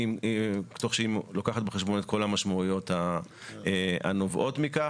תוך שהיא לוקחת בחשבון את כל המשמעויות הנובעות מכך.